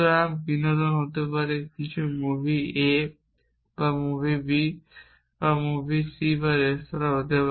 এবং বিনোদন হতে পারে কিছু মুভি A বা মুভি B বা মুভি C এবং রেস্তোরাঁ হতে পারে